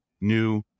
new